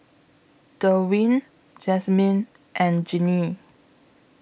Derwin Jazmine and Jeannie